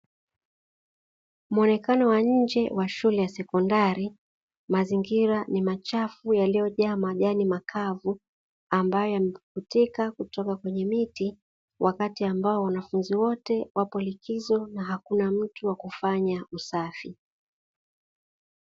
Muonekano wa nje wa shule ya sekondari, mazingira ni machafu yaliyojaa majani makavu ambayo yamepukutika kwenye miti wakati ambao wanafunzi wote wapo likizo na hakuna mtu wa kufanya usafi.